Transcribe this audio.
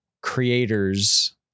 creators